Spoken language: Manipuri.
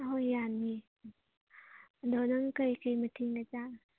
ꯍꯣꯏ ꯌꯥꯅꯤꯌꯦ ꯑꯗꯣ ꯅꯪ ꯀꯔꯤ ꯀꯔꯤ ꯃꯊꯦꯜꯒ ꯆꯥꯔꯒꯦ